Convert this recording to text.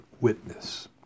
witness